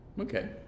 Okay